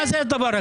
מה זה הדבר הזה?